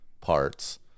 parts